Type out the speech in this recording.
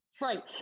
Right